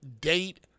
date